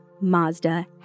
Mazda